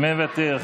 מוותר.